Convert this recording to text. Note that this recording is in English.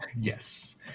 Yes